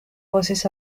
voces